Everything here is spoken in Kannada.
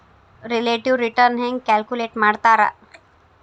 ರಿಲೇಟಿವ್ ರಿಟರ್ನ್ ಹೆಂಗ ಕ್ಯಾಲ್ಕುಲೇಟ್ ಮಾಡ್ತಾರಾ